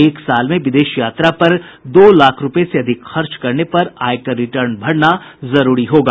एक साल में विदेश यात्रा पर दो लाख रूपये से अधिक खर्च करने पर आयकर रिटर्न भरना जरूरी होगा